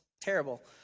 terrible